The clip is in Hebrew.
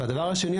והדבר השני,